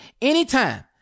anytime